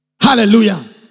Hallelujah